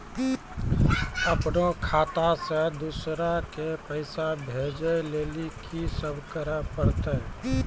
अपनो खाता से दूसरा के पैसा भेजै लेली की सब करे परतै?